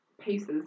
pieces